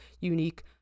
unique